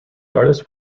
artist